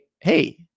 hey